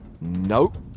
Nope